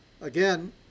Again